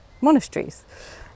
monasteries